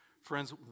Friends